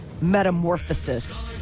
Metamorphosis